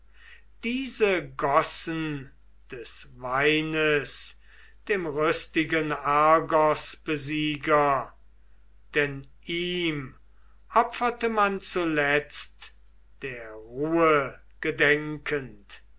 diese gossen des weines dem rüstigen argosbesieger denn ihm opferte man zuletzt der ruhe gedenkend